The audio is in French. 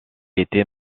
était